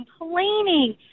complaining